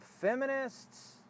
Feminists